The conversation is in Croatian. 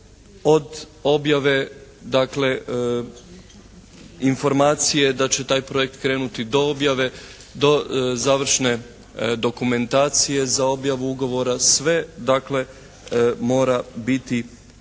od objave dakle informacije da će taj projekt krenuti do objave, do završne dokumentacije za objavu ugovora, sve dakle mora biti